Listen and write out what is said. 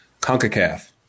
CONCACAF